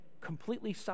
completely